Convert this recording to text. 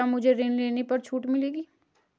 क्या मुझे ऋण लेने पर छूट मिलेगी?